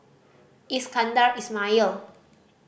Iskandar Ismail